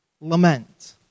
Lament